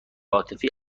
عاطفی